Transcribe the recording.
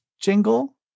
jingle